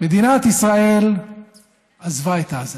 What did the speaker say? מדינת ישראל עזבה את עזה.